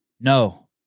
No